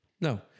No